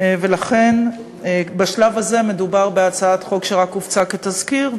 לכן בשלב הזה מדובר בהצעת חוק שרק הופצה כתזכיר,